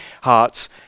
hearts